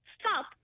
stop